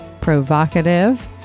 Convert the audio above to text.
provocative